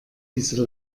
diese